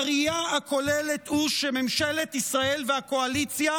והראייה הכוללת היא שממשלת ישראל והקואליציה